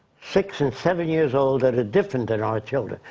six and seven years old, that are different than our children.